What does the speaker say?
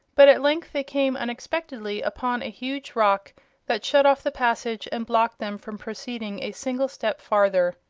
but at length they came unexpectedly upon a huge rock that shut off the passage and blocked them from proceeding a single step farther.